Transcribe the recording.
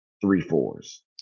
three-fours